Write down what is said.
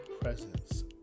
presence